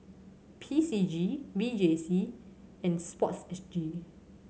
P C G V J C and Sports S G